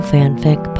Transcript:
Fanfic